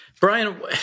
Brian